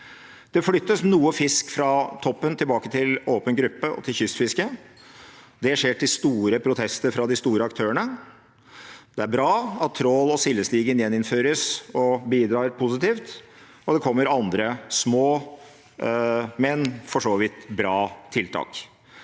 Det flyttes noe fisk fra toppen tilbake til åpen gruppe og til kystfisket. Det skjer til store protester fra de store aktørene. Det er bra at trål- og sildestigen gjeninnføres og bidrar positivt, og det kommer andre små, men for så vidt bra tiltak.